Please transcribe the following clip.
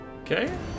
Okay